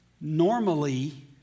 Normally